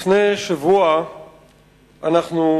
לפני שבוע אנחנו,